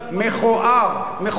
מכוער, מכוער.